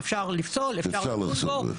אפשר לפסול, אפשר לדון בו.